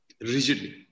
rigidly